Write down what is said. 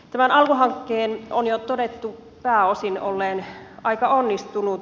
tämän alku hankkeen on jo todettu pääosin olleen aika onnistunut